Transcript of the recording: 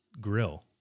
grill